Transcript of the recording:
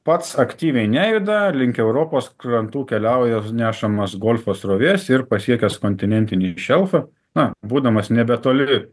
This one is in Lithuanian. pats aktyviai nejuda link europos krantų keliauja nešamas golfo srovės ir pasiekęs kontinentinį šelfą na būdamas nebetoli